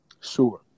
Sure